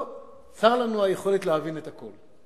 טוב, צר לנו, היכולת להבין את הכול.